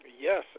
Yes